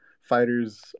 fighters